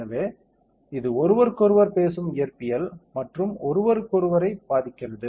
எனவே இது ஒருவருக்கொருவர் பேசும் வெவ்வேறு இயற்பியல் மற்றும் ஒருவருக்கொருவரை பாதிக்கிறது